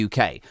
UK